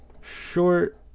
short